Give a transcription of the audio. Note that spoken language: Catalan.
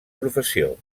professió